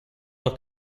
los